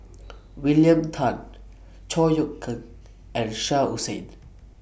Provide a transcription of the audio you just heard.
William Tan Chor Yeok Eng and Shah Hussain